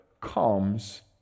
comes